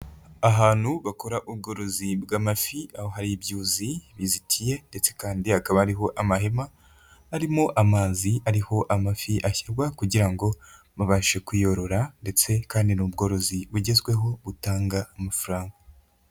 Ahantu bakora ubworozi bw'amafi aho hari ibyuzi bizitiye ndetse kandi hakaba hariho amahema arimo amazi ari ho amafi ashyirwa kugira ngo babashe kuyorora ndetse kandi ni ubworozi bugezweho butanga amafaranga.